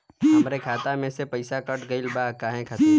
हमरे खाता में से पैसाकट गइल बा काहे खातिर?